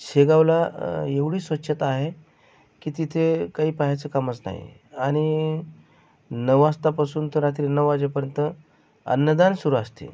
शेगावला एवढी स्वच्छता आहे की तिथे काही पहायचं कामच नाही आणि नवासतापासून तर रात्री नऊ वाजेपर्यंत अन्नदान सुरू असते